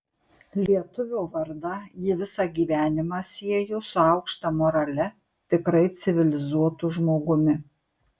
lietuvio vardą ji visą gyvenimą siejo su aukšta morale tikrai civilizuotu žmogumi